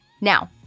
Now